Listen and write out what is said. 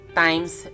times